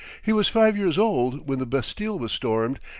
he was five years old when the bastille was stormed,